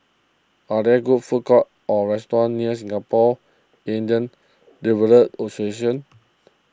are there good food courts or restaurants near Singapore Indian Develop Association